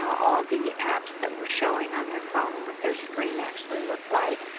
all the apps that were showing on their phone, what their screen actually looked like.